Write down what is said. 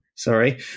Sorry